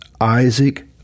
Isaac